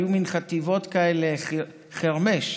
היו מין חטיבות כאלה חרמ"ש,